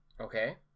okay